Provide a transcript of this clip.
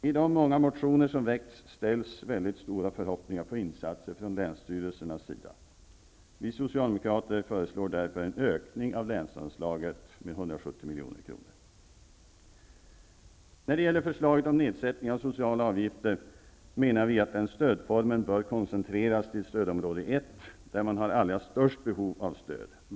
I de många motioner som väckts ställs väldigt stora förhoppningar på insatser från länsstyrelsernas sida. Vi socialdemokrater föreslår därför en ökning av länsanslaget med 170 milj.kr. När det gäller förslaget om nedsättning av sociala avgifter, menar vi att den stödformen bör koncentreras till stödområde 1, där man har allra störst behov av stöd.